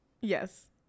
Yes